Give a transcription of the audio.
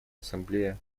ассамблея